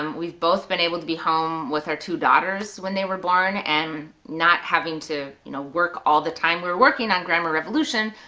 um we've both been able to be home with our two daughters when they were born, and not having to you know work all the time. we were working on grammar revolution,